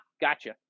gotcha